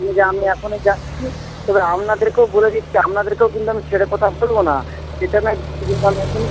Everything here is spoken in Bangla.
ঠিক আছে আমি এখনই যাচ্ছি তবে আপনাদেরকেও বলে দিচ্ছি আপনাদেরকেও কিন্তু আমি ছেড়ে কথা বলব না এটা নয় আমি এখন